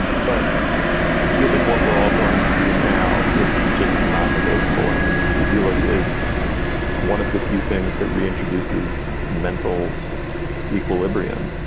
and but given what we're all going through now, it's just nonnegotiable. i mean, it it really is one of the few things that reintroduces mental equilibrium.